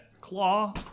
claw